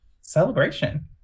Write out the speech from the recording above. celebration